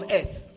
earth